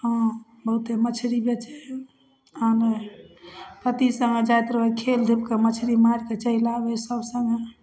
हँ बहुते मछरी बेचै हइ आनै हइ अथी सबमे जाइत रहै खेलिधूपिके मछरी मारिके चलि आबै हइ सभ सङ्गे